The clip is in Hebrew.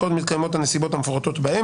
וכל עוד מתקיימות הנסיבות המפורטות בהם,